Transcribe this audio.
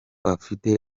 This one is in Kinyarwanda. afite